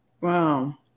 Wow